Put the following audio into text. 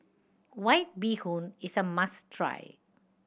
White Bee Hoon is a must try